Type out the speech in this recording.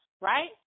right